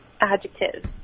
Adjectives